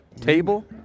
Table